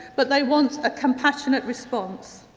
but they want a compassionate response.